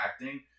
acting